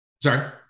sorry